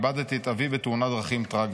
"איבדתי את אבי בתאונת דרכים טרגית.